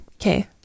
Okay